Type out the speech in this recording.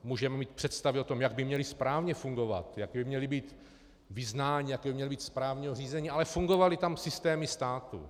Můžeme mít představy o tom, jak by měly správně fungovat, jaké by mělo být vyznání, jaké by mělo být správní řízení, ale fungovaly tam systémy státu.